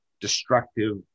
destructive